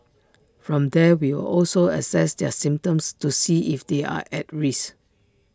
from there we'll also assess their symptoms to see if they're at risk